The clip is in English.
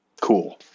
cool